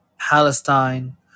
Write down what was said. Palestine